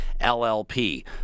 LLP